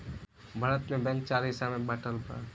भारत में बैंक चार हिस्सा में बाटल बा